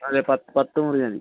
അതെ പ പത്ത് മുറി മതി